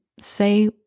say